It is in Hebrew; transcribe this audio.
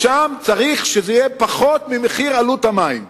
שם צריך שזה יהיה פחות ממחיר עלות המים.